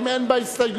האם אין בה הסתייגויות?